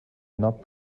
not